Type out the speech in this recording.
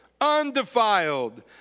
undefiled